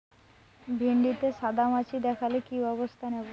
ভিন্ডিতে সাদা মাছি দেখালে কি ব্যবস্থা নেবো?